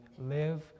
live